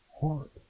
heart